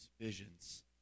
visions